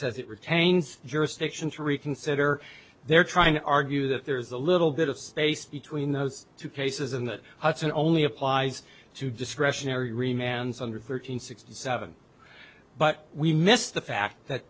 says it retains jurisdiction to reconsider they're trying to argue that there's a little bit of space between those two cases in that hudson only applies to discretionary re man's under thirteen sixty seven but we missed the fact that